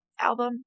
album